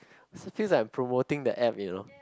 it feels like I'm promoting the app you know